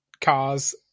cars